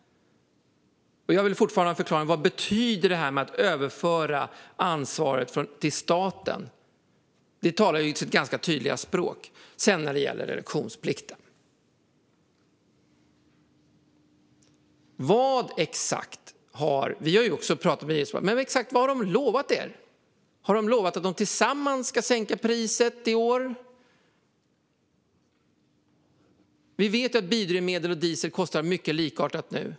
Jag vill fortfarande ha en förklaring. Vad betyder det här med att överföra ansvaret till staten? Det talar ju sitt ganska tydliga språk. När det gäller reduktionsplikten undrar jag: Exakt vad har de lovat er? Har de lovat att de tillsammans ska sänka priset i år? Vi vet ju att kostnaderna för biodrivmedel och diesel är mycket likartade nu.